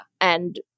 and-